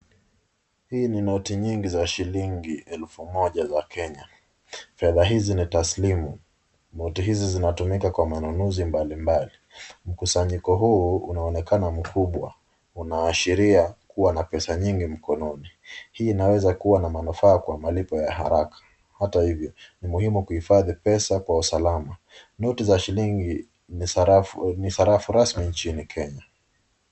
Hii ni noti nyingi za shilingi elfu moja za Kenya. Fedha hizi ni taslimu. Noti hizi zinatumika kwa manunuzi mbalimbali. Mkusanyiko huu unaonekana mkubwa, unaashiria kuwa na pesa nyingi mkononi. Hii inaweza kuwa na manufaa kwa malipo ya haraka. Hata hivyo, ni muhimu kuhifadhi pesa kwa usalama. Noti za shilingi ni sarafu rasmi nchini Kenya.